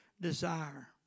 desire